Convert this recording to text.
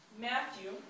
Matthew